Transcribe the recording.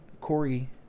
Corey